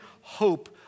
hope